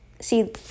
see